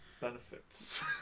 benefits